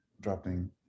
dropping